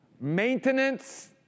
maintenance